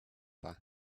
bath